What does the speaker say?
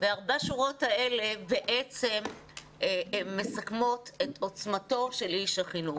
וארבע השורות האלה בעצם מסכמות את עוצמתו של איש החינוך.